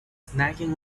snacking